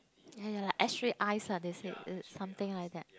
ya ya X-ray eyes lah they said it's something like that